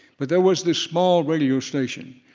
but there was this small radio station,